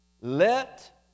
Let